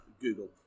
Google